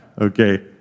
Okay